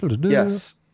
yes